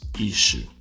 issue